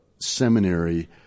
seminary